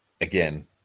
Again